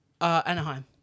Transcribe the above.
Anaheim